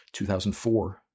2004